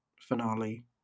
finale